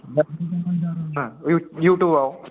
मा इउटुबाव